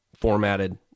formatted